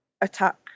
attack